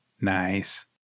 Nice